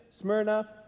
Smyrna